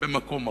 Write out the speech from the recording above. במקום אחד.